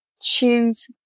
choose